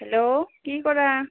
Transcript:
hello কি কৰা